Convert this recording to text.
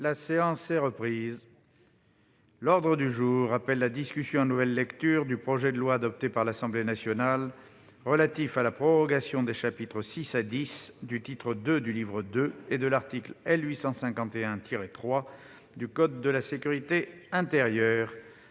La séance est reprise. L'ordre du jour appelle la discussion en nouvelle lecture du projet de loi, adopté par l'Assemblée nationale en nouvelle lecture, relatif à la prorogation des chapitres VI à X du titre II du livre II et de l'article L. 851-3 du code de la sécurité intérieure